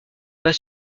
pas